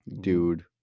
dude